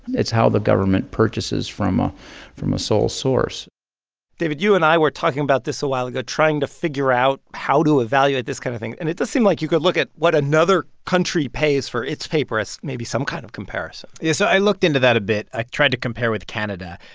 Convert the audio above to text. it's how the government purchases from ah from a sole source david, you and i were talking about this a while ago, trying to figure out how to evaluate this kind of thing. and it does seem like you could look at what another country pays for its paper as maybe some kind of comparison yeah. so i looked into that a bit. i tried to compare with canada.